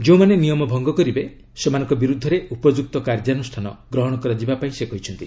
ଯେଉଁମାନେ ନିୟମ ଭଙ୍ଗ କରିବେ ସେମାନଙ୍କ ବିରୂଦ୍ଧରେ ଉପଯୁକ୍ତ କାର୍ଯ୍ୟାନୁଷ୍ଠାନ ଗ୍ରହଣ କରାଯିବାକୁ ସେ କହିଛନ୍ତି